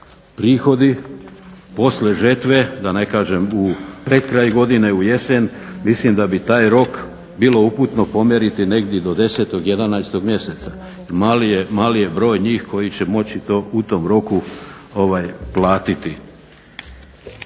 prihodi poslije žetve, da ne kažem pred kraj godine ujesen, mislim da bi taj rok bilo uputno pomjeriti negdje do 10., 11. mjeseca. Mali je broj njih koji će moći to u tom roku platiti.